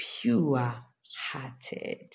pure-hearted